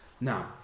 Now